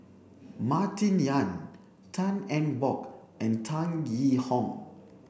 Martin Yan Tan Eng Bock and Tan Yee Hong